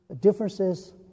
differences